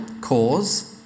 cause